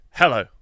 Hello